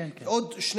כן, כן.